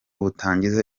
butangiza